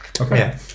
Okay